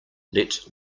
let